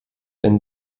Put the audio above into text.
wenn